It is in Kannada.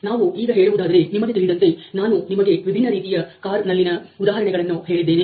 ನಾವು ಈಗ ಹೇಳುವುದಾದರೆ ನಿಮಗೆ ತಿಳಿದಂತೆ ನಾನು ನಿಮಗೆ ವಿಬಿನ್ನ ರೀತಿಯ ಕಾರ್ ನಲ್ಲಿನ ಉದಾಹರಣೆಗಳನ್ನು ಹೇಳಿದ್ದೇನೆ